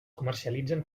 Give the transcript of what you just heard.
comercialitzen